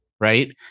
right